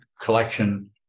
collection